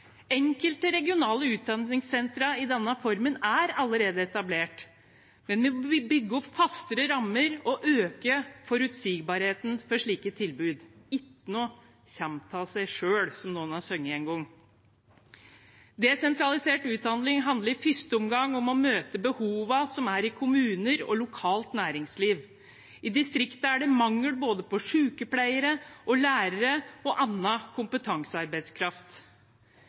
Enkelte regionale utdanningssentre i denne formen er allerede etablert, men vi må bygge opp fastere rammer og øke forutsigbarheten for slike tilbud. «Det er itjnå som kjem tå seg sjøl», som noen har sunget en gang. Desentralisert utdanning handler i første omgang om å møte behovene som er i kommuner og lokalt næringsliv. I distriktene er det mangel på både sykepleiere og lærere og annen kompetansearbeidskraft.